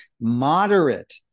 moderate-